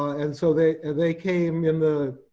and so they they came in the